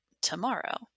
tomorrow